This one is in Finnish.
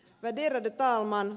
värderade talman